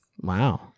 Wow